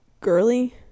girly